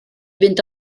fynd